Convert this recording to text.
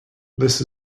this